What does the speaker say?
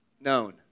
known